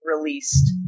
released